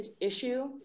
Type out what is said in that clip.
issue